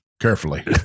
Carefully